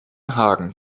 hagen